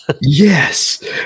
yes